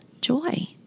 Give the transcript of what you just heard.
joy